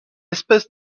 espèce